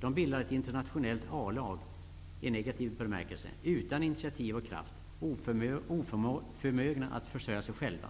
De bildar ett internationellt A-lag, i negativ bemärkelse, utan initiativ och kraft, oförmögna att försörja sig själva.